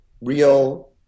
real